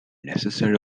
necessary